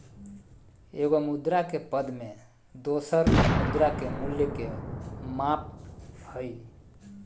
एगो मुद्रा के पद में दोसर मुद्रा के मूल्य के माप हइ